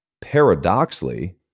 Paradoxically